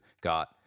got